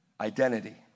identity